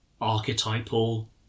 archetypal